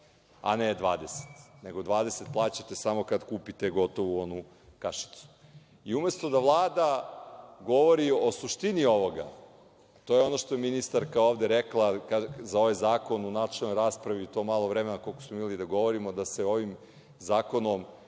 a ne 20%. Dvadeset posto plaćate samo kada kupite gotovu onu kašicu. Umesto da Vlada govori o suštini ovoga, to je ono što je ministarka ovde rekla za ovaj zakon u načelnoj raspravi, to malo vremena koliko smo imali da govorimo, da se ovim zakonom